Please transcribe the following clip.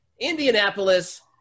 Indianapolis